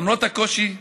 למרות הקושי,